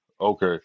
Okay